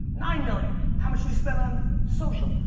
nine million. how much do you spend on social?